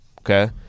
Okay